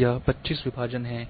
यह 25 विभाजन हैं